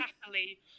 happily